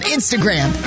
Instagram